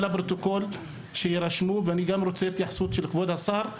ואני רוצה שזה יהיה בפרוטוקול ואף לקבל את התייחסות השר,